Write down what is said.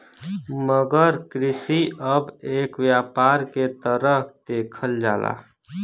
मगर कृषि अब एक व्यापार के तरह देखल जाला